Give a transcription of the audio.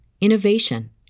innovation